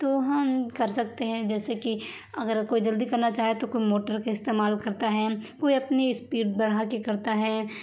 تو ہم کر سکتے ہیں جیسے کہ اگر کوئی جلدی کرنا چاہے تو کوئی موٹر کا استعمال کرتا ہے کوئی اپنی اسپیڈ بڑھا کے کرتا ہے